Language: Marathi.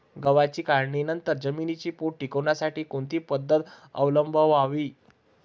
गव्हाच्या काढणीनंतर जमिनीचा पोत टिकवण्यासाठी कोणती पद्धत अवलंबवावी?